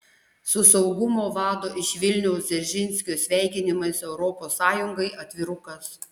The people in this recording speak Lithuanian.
su saugumo vado iš vilniaus dzeržinskio sveikinimais europos sąjungai atvirukas